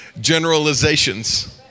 Generalizations